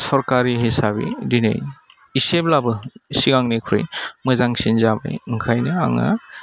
सरकारि हिसाबै दिनै एसेब्लाबो सिगांनिख्रुइ मोजांसिन जाबाय ओंखायनो आङो